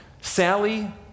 Sally